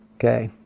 okay.